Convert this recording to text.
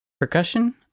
Percussion